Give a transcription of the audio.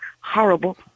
horrible